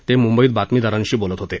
ते मुंबईत बातमीदारांशी बोलत होते